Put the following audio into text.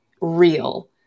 real